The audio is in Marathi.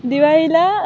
दिवाळीला